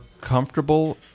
comfortable